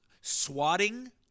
swatting